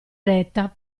eretta